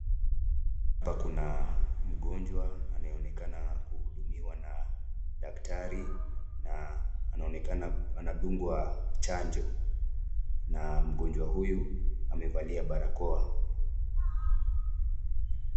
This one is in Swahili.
Hapa kuna mgonjwa anaonekana kuhudumiwa na daktari, na anaonekana anadungwa chanjo na mgonjwa huyu amevalia barakoa.